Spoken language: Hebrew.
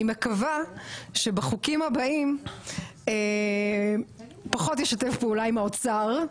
אני מקווה שבחוקים הבאים פחות ישתף פעולה עם האוצר,